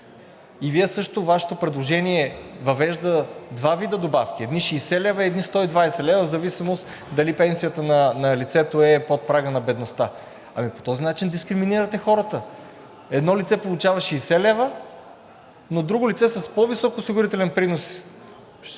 И Вие също, Вашето предложение въвежда два вида добавки – едни 60 лв. и едни 120 лв., в зависимост дали пенсията на лицето е под прага на бедността. По този начин дискриминирате хората. Едно лице получава 60 лв., но друго лице с по-висок осигурителен принос